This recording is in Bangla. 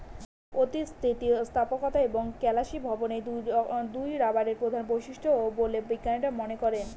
অতি স্থিতিস্থাপকতা এবং কেলাসীভবন এই দুইই রবারের প্রধান বৈশিষ্ট্য বলে বিজ্ঞানীরা মনে করেন